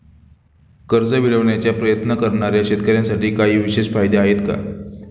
कर्ज मिळवण्याचा प्रयत्न करणाऱ्या शेतकऱ्यांसाठी काही विशेष फायदे आहेत का?